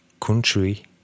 country